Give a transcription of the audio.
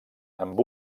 amb